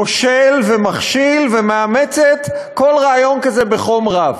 כושל ומכשיל, ומאמצת כל רעיון כזה בחום רב.